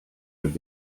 have